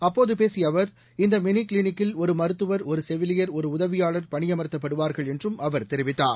அப்போது பேசிய அவர் இந்த மினி கிளினிக்கில் ஒரு மருத்துவர் ஒரு செவிலியர் ஒரு உதவியாள் பணியமர்த்தப்படுவார்கள் என்றும் அவர் தெரிவித்தார்